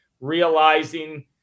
realizing